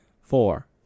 four